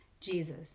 Jesus